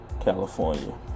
California